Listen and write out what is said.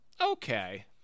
Okay